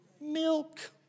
milk